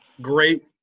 great